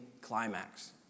climax